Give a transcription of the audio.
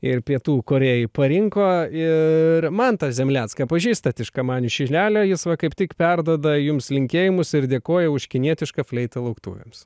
ir pietų korėjai parinko ir mantą zemlecką pažįstat iš kamanių šilelio jis va kaip tik perduoda jums linkėjimus ir dėkoja už kinietišką fleitą lauktuvėms